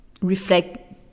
reflect